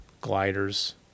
gliders